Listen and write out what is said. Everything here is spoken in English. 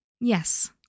Yes